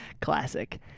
Classic